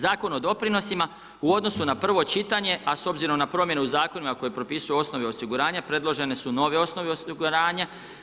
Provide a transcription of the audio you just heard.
Zakon o doprinosima, u odnosu na prvo čitanje, a s obzirom na promjenu u Zakonu, a koje propisuje osnove osiguranja, predložene su nove osnove osiguranja.